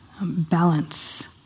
balance